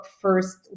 first